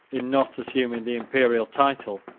in not assuming the imperial title,